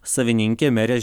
savininkė merės